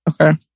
Okay